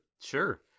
sure